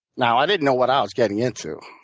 now i didn't know what i was getting into.